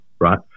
right